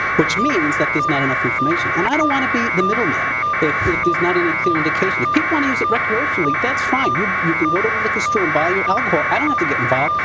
which means that there's not enough information. and i don't want to be the middleman if there's not any clear indication. if people want to use it recreationally, that's fine. you you can go to the liquor store and buy your alcohol. i don't have to get involved.